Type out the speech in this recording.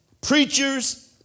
preachers